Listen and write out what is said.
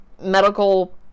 medical